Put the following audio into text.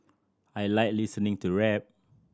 I like listening to rap